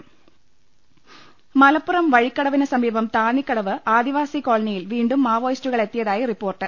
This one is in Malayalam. കൃകൃകൃകൃകൃകൃകൃ മലപ്പുറം വഴിക്കടവിനു സമീപം താന്നിക്കടവ് ആദിവാസി കോളനിയിൽ വീണ്ടും മാവോയിസ്റ്റുകളെ ത്തിയതായി റിപ്പോർട്ട്